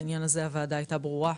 ובעניין הזה הוועדה הייתה ברורה.